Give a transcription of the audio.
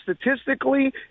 statistically